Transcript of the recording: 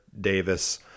Davis